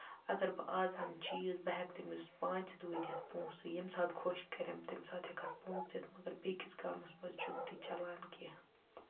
اَگر بہٕ آز اَنہٕ چیٖز بہٕ ہٮ۪کہٕ تٔمِس پانٛژِ دُہۍ دِتھ پوںسہٕ ییٚمہِ ساتہٕ خۄش کریم تَمہِ ساتہٕ ہٮ۪کَس پونسہٕ دِتھ مَگر بیٚیہِ کِس گامَس منٛز چھُنہٕ تہِ چلان کیٚنہہ